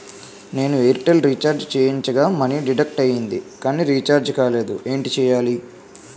నేను Airtel recharge చేయించగా money deduct అయ్యింది కానీ రీఛార్జ్ కాలేదు ఏంటి చేయాలి?